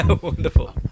wonderful